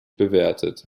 bewertet